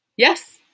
Yes